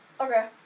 Okay